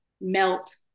melt